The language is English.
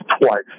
twice